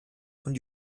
von